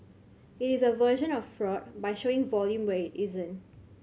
it is a version of fraud by showing volume where it isn't